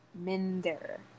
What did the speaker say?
Minder